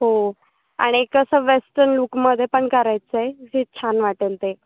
हो आणि कसं वेस्टन लुकमध्ये पण करायचं आहे जे छान वाटेल ते